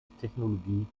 technologie